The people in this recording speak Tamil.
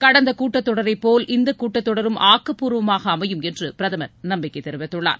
கடந்த கூட்டத்தொடரைபோல் இந்தக் கூட்டத்தொடரும் ஆக்கப்பூர்வமாக அமையும் என்று பிரதம் நம்பிக்கை தெரிவித்துள்ளார்